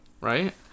right